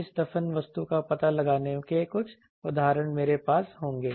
इस दफन वस्तु का पता लगाने के कुछ उदाहरण मेरे पास होंगे